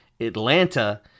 Atlanta